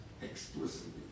explicitly